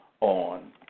on